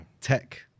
Tech